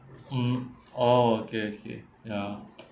mm oh okay okay ya